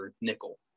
nickel